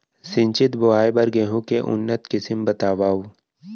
सिंचित बोआई बर गेहूँ के उन्नत किसिम बतावव?